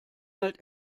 halt